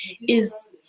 is-